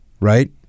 right